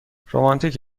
رومانتیک